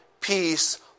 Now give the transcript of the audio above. peace